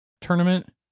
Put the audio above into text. tournament